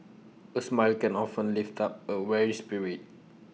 A smile can often lift up A weary spirit